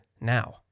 now